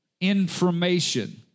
information